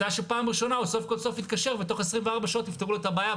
מתי שבפעם ראשונה הוא סוף כל סוף יתקשר ותוך 24 שעות יפתרו לו את הבעיה,